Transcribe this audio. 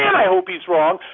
i hope he's wrong.